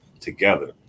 together